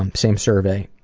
um same survey.